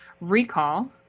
recall